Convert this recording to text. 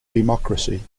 democracy